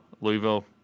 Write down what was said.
Louisville